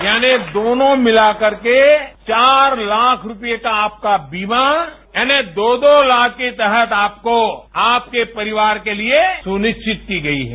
यानि दोनों मिलाकर के चार लाख रूपए का आपका बीमा यानि दो दो लाख के तहत आपको आपके परिवार के लिए सुनिश्चित की गई है